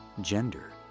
Gender